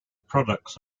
products